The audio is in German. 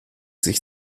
sich